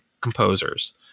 composers